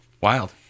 Wild